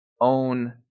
own